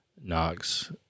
Knox